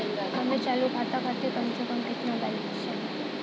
हमरे चालू खाता खातिर कम से कम केतना बैलैंस चाही?